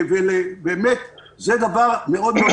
זה באמת דבר חשוב מאוד.